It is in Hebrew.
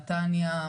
נתניה,